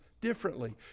differently